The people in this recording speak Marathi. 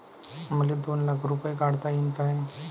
मले दोन लाख रूपे काढता येईन काय?